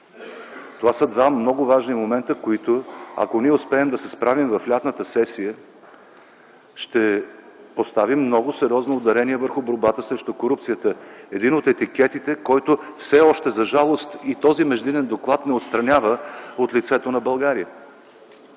Това са два много важни момента, с които, ако ние успеем да се справим в лятната сесия, ще поставим много сериозно ударение върху борбата срещу корупцията – един от етикетите, който все още, за жалост, и този междинен доклад не отстранява от лицето на България.